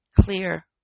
clear